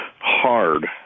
hard